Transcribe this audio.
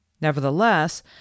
Nevertheless